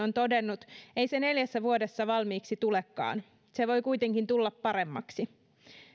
on todennut ei se neljässä vuodessa valmiiksi tulekaan se voi kuitenkin tulla paremmaksi